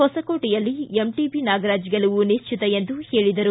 ಹೊಸಕೋಟೆಯಲ್ಲಿ MTB Nagaraj ಗೆಲುವು ನಿಶ್ಚಿತ ಎಂದು ಹೇಳಿದರು